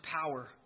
power